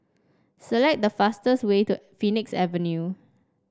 select the fastest way to Phoenix Avenue